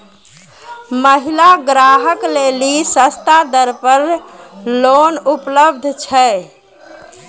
महिला ग्राहक लेली सस्ता दर पर लोन उपलब्ध छै?